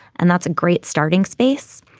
and that's a great starting space.